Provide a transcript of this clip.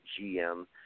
GM